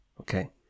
okay